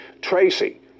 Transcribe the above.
Tracy